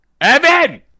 Evan